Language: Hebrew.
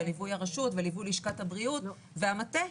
ליווי הרשות וליווי לשכת הבריאות והמטה.